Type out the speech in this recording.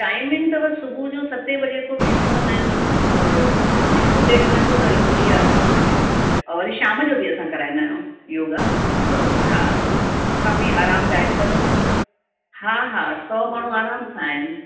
timing अथव सुबुह जो सते बजे खां ब शुरू कंदा आहिनि और हिक ॾेढ घंटो त लॻंदो ई आहे असां उनमें और शाम जो बि असां कराईंदा आहियूं योगा हा काफ़ी आरामदायक अथव हा हा सौ माण्हू आराम सां आहिनि